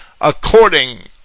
according